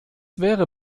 wäre